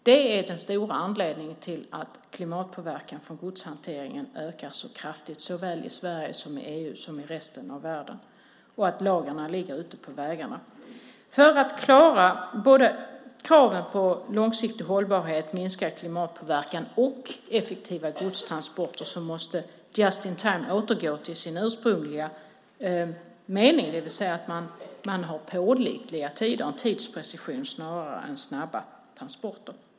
Det är den stora anledningen till att klimatpåverkan från godshanteringen ökar så kraftigt både i Sverige, i EU och i resten av världen. Lagren ligger ute på vägarna. För att klara kraven på långsiktig hållbarhet, minskad klimatpåverkan och effektiva godstransporter måste just in time återfå sin ursprungliga mening, det vill säga att man har en pålitlig tidsprecision snarare än snabba transporter.